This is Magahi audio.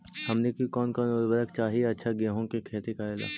हमनी के कौन कौन उर्वरक चाही अच्छा गेंहू के खेती करेला?